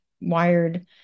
wired